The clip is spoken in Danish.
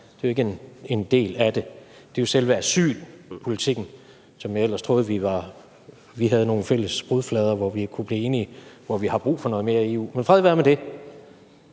Det er jo ikke en del af det. Det er jo selve asylpolitikken, hvor jeg ellers troede vi havde en fælles brudflader, hvor vi kunne blive enige, og hvor vi har brug for noget mere EU. Men fred være med det.